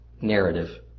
narrative